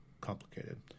complicated